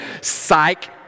psych